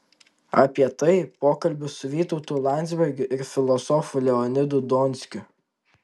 apie tai pokalbis su vytautu landsbergiu ir filosofu leonidu donskiu